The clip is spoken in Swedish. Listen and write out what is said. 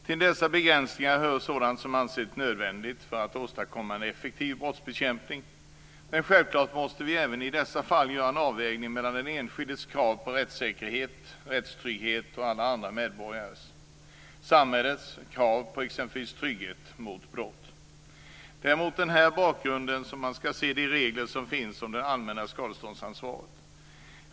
Till dessa begränsningar hör sådant som anses som nödvändigt för att åstadkomma en effektiv brottsbekämpning. Men självklart måste vi även i dessa fall göra en avvägning mellan den enskildes krav på rättssäkerhet och rättstrygghet och alla andra medborgares - och dessutom samhällets krav på exempelvis trygghet mot brott. Det är mot den bakgrunden man skall se de regler som finns om det allmänna skadeståndsansvaret.